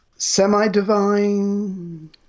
Semi-divine